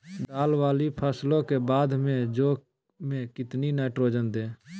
दाल वाली फसलों के बाद में जौ में कितनी नाइट्रोजन दें?